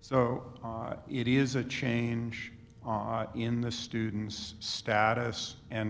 so it is a change in the student's status and